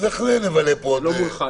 אז איך נבלה פה עוד --- זה לא מולך,